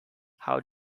how